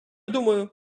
думаю